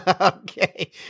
okay